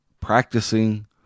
practicing